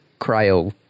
cryo